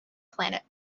planet